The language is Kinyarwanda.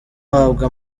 ahabwa